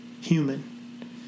human